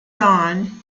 dawn